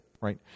right